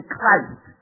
Christ